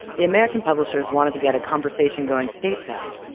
the american publishers wanted to get a conversation going stateside.